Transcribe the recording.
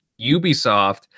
Ubisoft